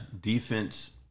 Defense